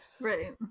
right